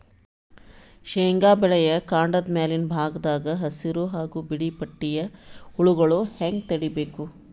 ಶೇಂಗಾ ಬೆಳೆಯ ಕಾಂಡದ ಮ್ಯಾಲಿನ ಭಾಗದಾಗ ಹಸಿರು ಹಾಗೂ ಬಿಳಿಪಟ್ಟಿಯ ಹುಳುಗಳು ಹ್ಯಾಂಗ್ ತಡೀಬೇಕು?